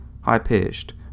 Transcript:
high-pitched